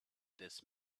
this